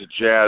jazz